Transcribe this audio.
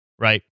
Right